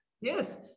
Yes